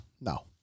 no